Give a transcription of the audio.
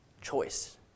choice